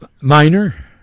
minor